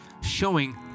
showing